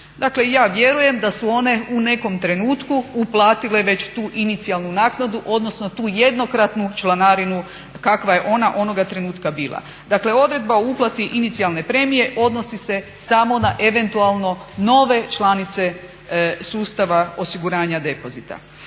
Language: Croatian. Dakle i ja vjerujem da su one u nekom trenutku uplatile već tu inicijalnu naknadu odnosno tu jednokratnu članarinu kakva je ona onoga trenutka bila. Dakle odredba o uplati inicijalne premije odnosi se samo na eventualno nove članice sustava osiguranja depozita.